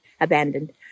abandoned